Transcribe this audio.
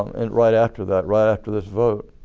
and right after that, right after this vote,